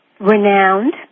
renowned